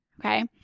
okay